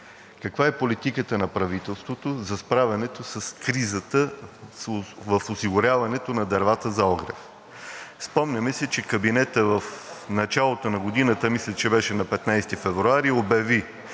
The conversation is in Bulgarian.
каква е политиката на правителството за справянето с кризата в осигуряването на дървата за огрев? Спомняме си, че кабинетът в началото на годината – мисля, че беше на 15 февруари, обяви